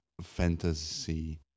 fantasy